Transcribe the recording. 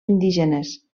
indígenes